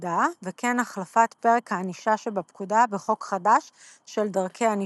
שבפקודה וכן החלפת פרק הענישה שבפקודה בחוק חדש של דרכי ענישה.